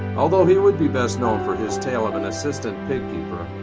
although he would be best known for his tale of an assistant pig keeper,